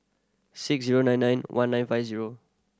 six zero nine nine one nine five zero